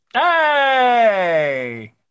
Hey